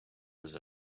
with